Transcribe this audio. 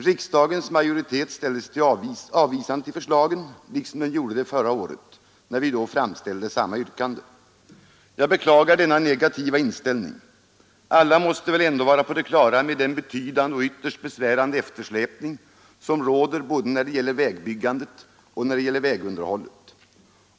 Riksdagens majoritet ställde sig avvisande till förslagen — liksom den gjorde det förra året, när vi då framställde samma yrkande. Jag beklagar denna negativa inställning. Alla måste väl ändå vara på det klara med den betydande och ytterst besvärande eftersläpning som råder både när det gäller vägbyggandet och när det gäller vägunderhållet.